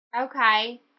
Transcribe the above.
Okay